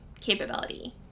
capability